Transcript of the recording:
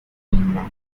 mainland